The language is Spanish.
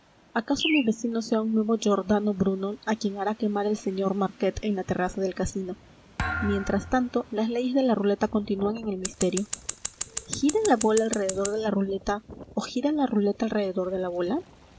acaso mi vecino sea un nuevo giordano bruno a quien hará quemar el sr marquet en la terraza del casino mientras tanto las leyes de la ruleta continúan en el misterio gira la bola alrededor de la ruleta o gira la ruleta alrededor de la bola